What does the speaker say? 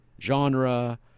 genre